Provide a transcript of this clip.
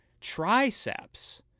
triceps